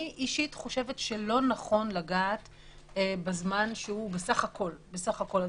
אני אישית חושבת שלא נכון לגעת בזמן שהוא בסך הכול זמן,